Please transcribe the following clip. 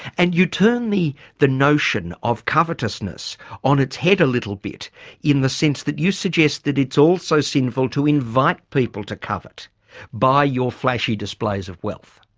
and you turn the the notion of covetousness on its head a little bit in the sense that you suggest that it's also sinful to invite people to covet by your flashy displays of wealth.